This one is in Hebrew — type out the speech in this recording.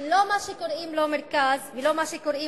לא מה שקוראים לו "מרכז" ולא מה שקוראים